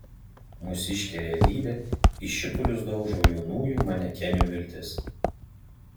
mūsiškė realybė į šipulius daužo jaunųjų manekenių viltis